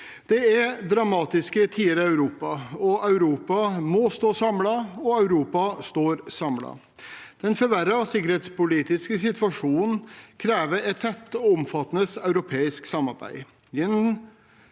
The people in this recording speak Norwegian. Det er dramatiske tider i Europa. Europa må stå samlet, og Europa står samlet. Den forverrede sikkerhetspolitiske situasjonen krever et tett og omfattende europeisk samarbeid.